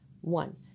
One